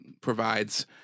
provides